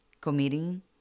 committing